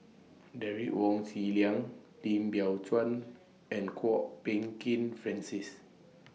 Derek Wong Zi Liang Lim Biow Chuan and Kwok Peng Kin Francis